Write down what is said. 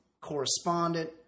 Correspondent